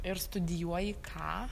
ir studijuoji ką